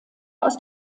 aus